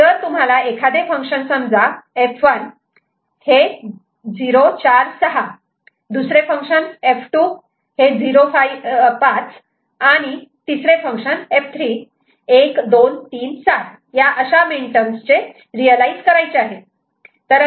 जर तुम्हाला एखादे फंक्शन समजा F1 0 4 6 आणि फंक्शन F2 0 5 आणि फंक्शन F3 1237 या मिन टर्म चे रियलायझ करायचे आहे